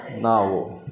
ನಾವು